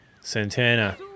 Santana